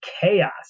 chaos